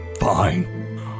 Fine